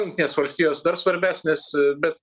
jungtinės valstijos dar svarbesnis bet